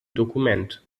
dokument